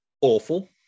awful